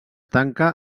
tanca